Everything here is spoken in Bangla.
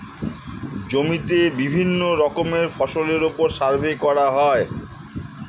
জমিতে বিভিন্ন রকমের ফসলের উপর সার্ভে করা হয়